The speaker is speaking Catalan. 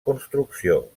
construcció